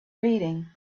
reading